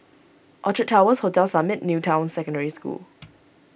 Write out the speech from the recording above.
Orchard Towers Hotel Summit New Town Secondary School